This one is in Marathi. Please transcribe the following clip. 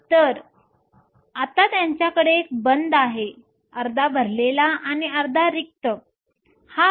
तर आता त्यांच्याकडे एक बँड आहे अर्धा भरलेला आणि अर्धा रिकामा